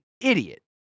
idiot